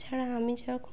এছাড়া আমি যখন